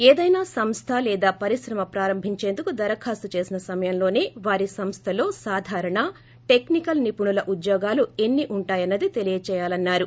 ఏదైనా సంస్థ లేదా పరిశ్రమ ప్రారంభించేందుకు దరఖాస్తు చేసిన సమయంలోసే వారి సంస్లలో ఉద్యోగాలు సాధారణ టెక్సి కల్ నిపుణుల ఉద్యోగాలు ఎన్ని ఉంటాయన్స ది తెలియజేయాలన్సారు